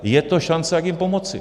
Je to šance, jak jim pomoci.